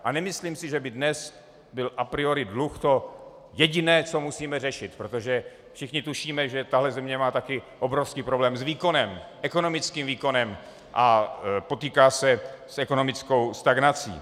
A nemyslím si, že by dnes byl a priori dluh to jediné, co musíme řešit, protože všichni tušíme, že tahle země má taky obrovský problém s výkonem, ekonomickým výkonem, a potýká se s ekonomickou stagnací.